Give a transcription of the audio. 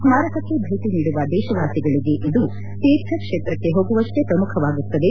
ಸ್ಮಾರಕಕ್ಕೆ ಭೇಟಿ ನೀಡುವ ದೇಶವಾಸಿಗಳಿಗೆ ಇದು ತೀರ್ಥ ಕ್ಷೇತ್ರಕ್ಕೆ ಹೋಗುವಷ್ಷೇ ಪ್ರಮುಖವಾಗುತ್ತದೆ